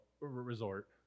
resort